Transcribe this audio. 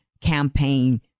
campaign